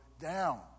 down